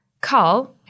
Carl